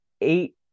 eight